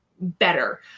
better